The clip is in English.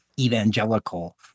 evangelical